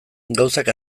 gauzak